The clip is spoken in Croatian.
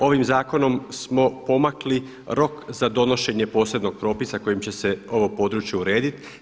Ovim zakonom smo pomakli rok za donošenje posebnog propisa kojim će se ovo područje urediti.